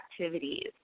activities